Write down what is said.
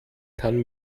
kann